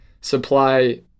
supply